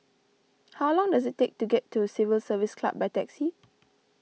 how long does it take to get to Civil Service Club by taxi